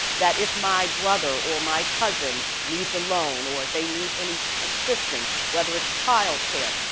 that if my brother or my cousin needs a loan or if they need any assistance whether it's childcare,